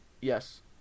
Yes